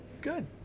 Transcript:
good